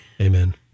Amen